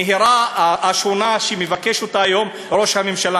ולנהירה השונה שמבקש היום ראש הממשלה.